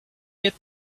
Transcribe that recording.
get